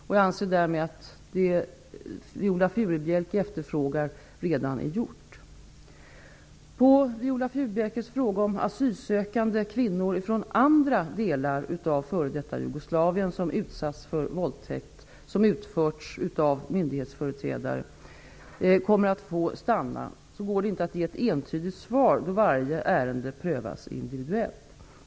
Jag anser därmed att det som Viola Furubjelke efterfrågar redan är gjort. Jugoslavien som utsatts för våldtäkt, som utförts av myndighetsföreträdare, kommer att få stanna går det inte att ge ett entydigt svar då varje ärende prövas individuellt.